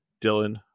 Dylan